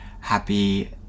Happy